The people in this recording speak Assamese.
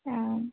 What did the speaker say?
অঁ